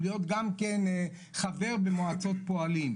להיות גם חבר במועצות פועלים,